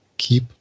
Keep